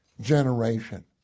generation